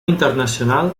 internacional